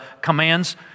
commands